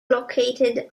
located